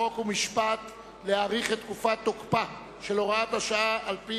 חוק ומשפט להאריך את תקופת תוקפה של הוראת השעה לפי